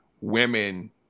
women